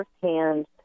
firsthand